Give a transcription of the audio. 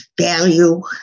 value